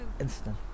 Instant